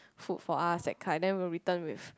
food for us that kind then we will return with